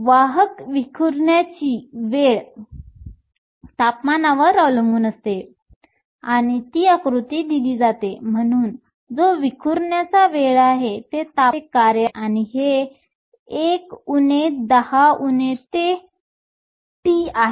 वाहक विखुरण्याची वेळ तापमानावर अवलंबून असते आणि ती आकृती दिली जाते म्हणून जो विखुरण्याचा वेळ आहे ते तापमानाचे कार्य आहे आणि हे 1 उणे 10 उणे ते उणे t आहे